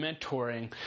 mentoring